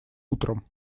утром